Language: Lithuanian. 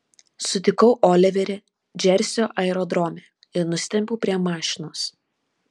sutikau oliverį džersio aerodrome ir nusitempiau prie mašinos